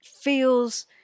feels